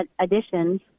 additions